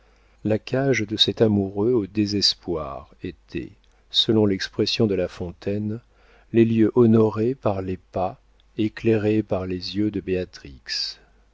la cage de cet amoureux au désespoir était selon l'expression de la fontaine les lieux honorés par les pas éclairés par les yeux de